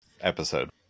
episode